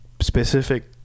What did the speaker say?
specific